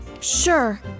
Sure